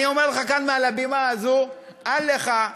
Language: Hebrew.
אני אומר לך כאן מעל הבימה הזאת: אל לך,